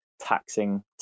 taxing